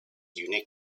unique